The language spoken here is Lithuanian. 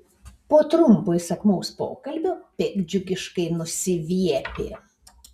po trumpo įsakmaus pokalbio piktdžiugiškai nusiviepė